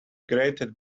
grated